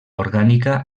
orgànica